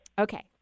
Okay